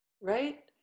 right